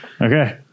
Okay